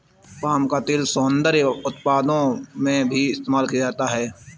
palm का तेल सौन्दर्य उत्पादों में भी इस्तेमाल किया जाता है